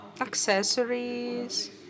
accessories